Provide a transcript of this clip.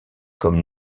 comme